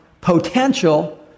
potential